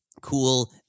Cool